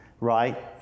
right